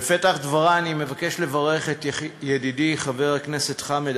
בפתח דברי אני מבקש לברך את ידידי חבר הכנסת חמד